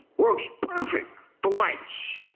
works perfect for whites.